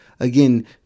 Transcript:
Again